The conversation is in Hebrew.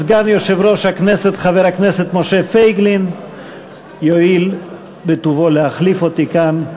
סגן יושב-ראש הכנסת חבר הכנסת משה פייגלין יואיל בטובו להחליף אותי כאן.